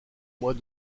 mois